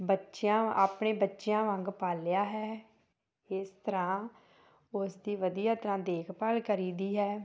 ਬੱਚਿਆਂ ਆਪਣੇ ਬੱਚਿਆਂ ਵਾਂਗ ਪਾਲਿਆ ਹੈ ਇਸ ਤਰ੍ਹਾਂ ਉਸਦੀ ਵਧੀਆ ਤਰ੍ਹਾਂ ਦੇਖਭਾਲ ਕਰੀਦੀ ਹੈ